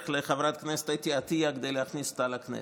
לחברת הכנסת אתי עטייה כדי להכניס אותה לכנסת,